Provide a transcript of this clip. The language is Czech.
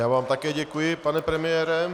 Já vám také děkuji, pane premiére.